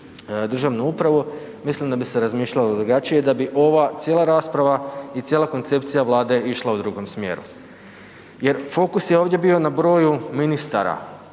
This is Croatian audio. državnu upravu, mislim da bi se razmišljalo drugačije i da bi ova cijela rasprava i cijela koncepcija Vlade, išla u drugom smjeru jer fokus je ovdje bio na broju ministara